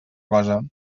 cosa